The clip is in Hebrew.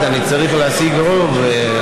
אתה בושה לבית הזה, אורן חזן.